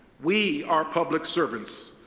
we are public servants.